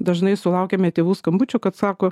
dažnai sulaukiame tėvų skambučių kad sako